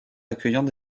accueillant